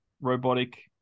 robotic